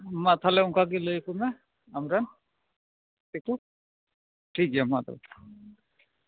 ᱢᱟ ᱛᱟᱦᱚᱞᱮ ᱚᱱᱠᱟ ᱜᱮ ᱞᱟᱹᱭᱟᱠᱚ ᱢᱮ ᱟᱢ ᱨᱮᱱ ᱜᱟᱛᱮ ᱠᱩ ᱴᱷᱤᱠ ᱜᱮᱭᱟ ᱢᱟ ᱛᱚᱵᱮ